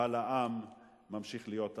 אבל העם ממשיך להיות עני.